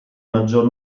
maggior